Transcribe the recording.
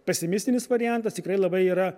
pesimistinis variantas tikrai labai yra